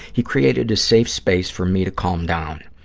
he created a safe space for me to calm down.